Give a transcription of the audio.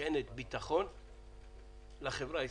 משענת ביטחון לחברה הישראלית.